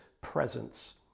presence